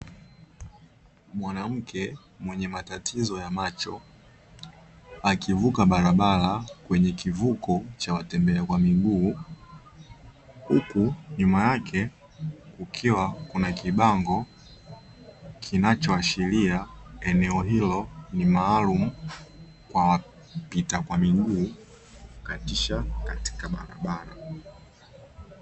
Mwanamke mwenye matatizo ya macho akivuka barabara kwenye kivuko cha watembea wa miguu, huku nyuma yake kukiwa kuna kibango kinachoashiria eneo hilo ni maalumu kwa wapita kwa miguu kukatisha katika barabara.